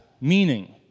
meaning